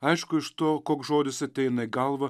aišku iš to koks žodis ateina į galvą